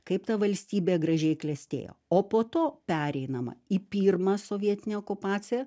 kaip ta valstybė gražiai klestėjo o po to pereinama į pirmą sovietinę okupaciją